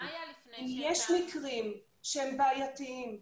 יש מקרים שהם בעייתיים,